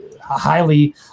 highly